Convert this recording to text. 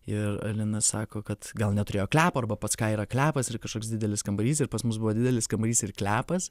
ir alina sako kad gal neturėjo klepo arba pas ką yra klepas ir kažkoks didelis kambarys ir pas mus buvo didelis kambarys ir klepas